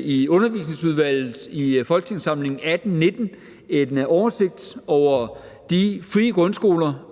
i Undervisningsudvalget i folketingssamlingen 2018/19 en oversigt over de frie grundskoler,